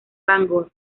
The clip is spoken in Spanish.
bangor